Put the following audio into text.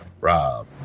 Rob